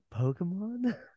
Pokemon